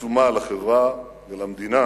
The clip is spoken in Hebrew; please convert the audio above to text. העצומה לחברה ולמדינה